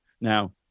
Now